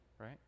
right